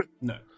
No